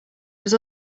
was